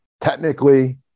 technically